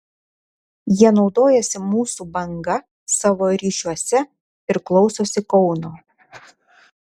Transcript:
jie naudojasi mūsų banga savo ryšiuose ir klausosi kauno